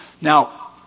now